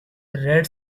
read